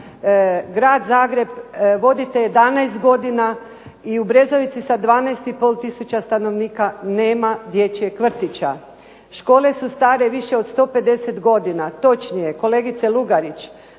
Grad Zagreb vodite 11 godina i u Brezovici sa 12 i pol tisuća stanovnika nema dječjeg vrtića. Škole su stare više od 150 godina, točnije kolegice Lugarić